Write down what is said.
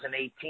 2018